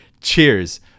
cheers